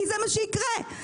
כי זה מה שיקרה בסוף.